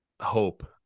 hope